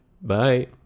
bye